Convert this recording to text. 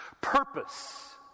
purpose